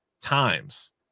times